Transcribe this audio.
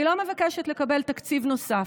אני לא מבקשת לקבל תקציב נוסף.